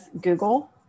Google